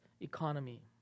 economy